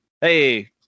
Hey